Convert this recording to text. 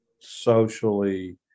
socially